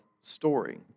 story